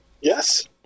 Yes